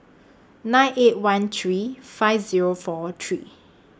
nine eight one three five Zero four three